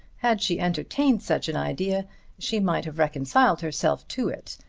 had she entertained such an idea she might have reconciled herself to it,